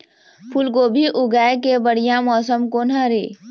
फूलगोभी उगाए के बढ़िया मौसम कोन हर ये?